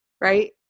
right